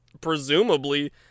presumably